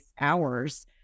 hours